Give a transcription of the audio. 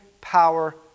power